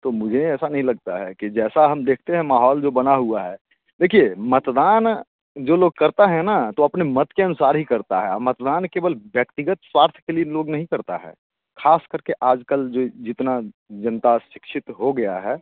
तो मुझे ऐसा नहीं लगता है कि जैसा हम देखते हैं माहौल जो बना हुआ है देखिए मतदान जो लोग करता है ना तो अपने मत के अनुसार ही करता है आ मतदान केवल व्यक्तिगत स्वार्थ के लिए लोग नहीं करता है खास करके आजकल जो जितना जनता शिक्षित हो गया है